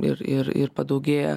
ir ir ir padaugėjo